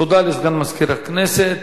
תודה לסגן מזכיר הכנסת.